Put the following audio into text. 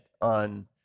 on